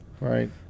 right